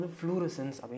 fluorescence